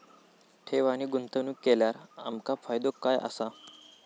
ठेव आणि गुंतवणूक केल्यार आमका फायदो काय आसा?